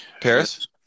Paris